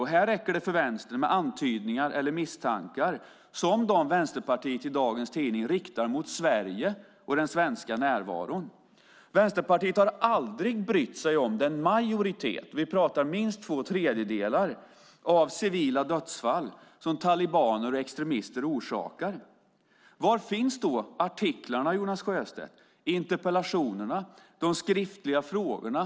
Här räcker det för Vänstern med antydningar eller misstankar som de Vänsterpartiet i dagens tidning riktar mot Sverige och den svenska närvaron. Vänsterpartiet har aldrig brytt sig om den majoritet - vi pratar minst två tredjedelar - av civila dödsfall som talibaner och extremister orsakar. Var finns artiklarna, Jonas Sjöstedt? Var finns interpellationerna och de skriftliga frågorna?